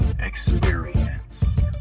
Experience